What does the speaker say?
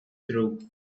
through